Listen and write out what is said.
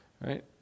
Right